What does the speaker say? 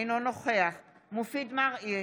אינו נוכח מופיד מרעי,